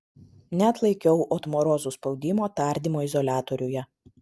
neatlaikiau otmorozų spaudimo tardymo izoliatoriuje